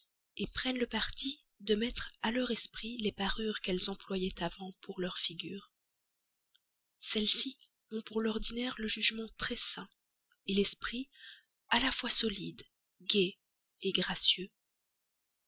manque prennent le parti de mettre à leur esprit les pompons qu'elles employaient avant pour leur figure celles-ci ont pour l'ordinaire le jugement très sain l'esprit à la fois solide gai gracieux